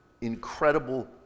incredible